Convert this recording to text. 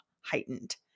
heightened